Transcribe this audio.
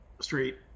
street